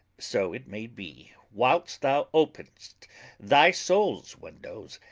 so, it may be, whilest thou openest thy souls windows,